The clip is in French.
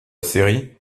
série